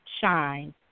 shine